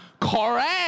Correct